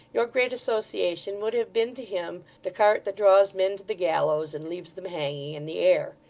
your great association would have been to him the cart that draws men to the gallows and leaves them hanging in the air.